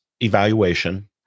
evaluation